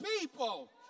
people